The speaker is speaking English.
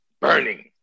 burning